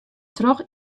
troch